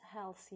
healthy